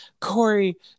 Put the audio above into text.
Corey